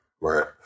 right